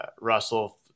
Russell